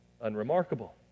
Unremarkable